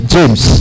James